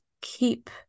keep